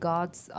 God's